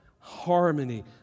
harmony